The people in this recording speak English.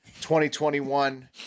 2021